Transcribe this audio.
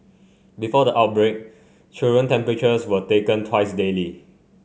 before the outbreak children temperatures were taken twice daily